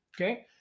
okay